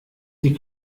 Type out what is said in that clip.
sie